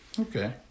Okay